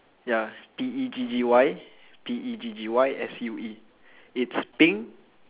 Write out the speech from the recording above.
ya P E G G Y P E G G Y S U E it's pink